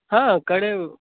ہاں کڑے